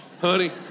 honey